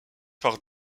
par